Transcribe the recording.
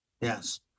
Yes